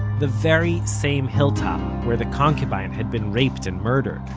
the very same hilltop where the concubine had been raped and murdered